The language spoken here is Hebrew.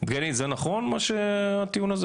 גרנית זה הטיעון הזה?